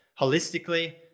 holistically